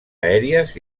aèries